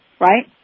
right